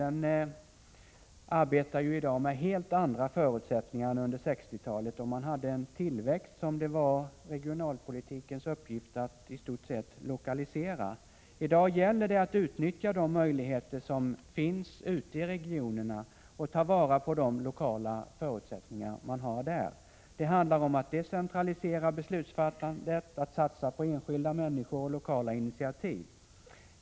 Den har i dag helt andra förutsättningar än under 1960-talet, då man hade en tillväxt som genom regionalpolitiken i stort sett skulle lokaliseras. I dag gäller det att utnyttja de möjligheter som finns ute i regionerna och ta vara på de lokala förutsättningar man har där. Det handlar om att decentralisera beslutsfattandet, att satsa på enskilda människor och lokala initiativ.